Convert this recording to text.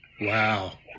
Wow